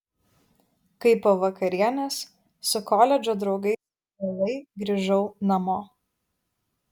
kai po vakarienės su koledžo draugais vėlai grįžau namo